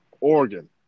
Oregon